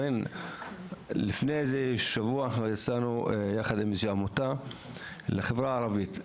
לפני איזה שבוע יצאנו יחד עם איזושהי עמותה לחברה הערבית,